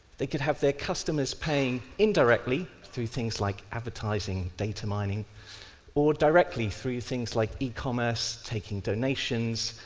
they could have their customers paying indirectly through things like advertising, data-mining, or directly through things like e-commerce, taking donations,